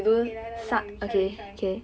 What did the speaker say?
okay 来来来 we try we try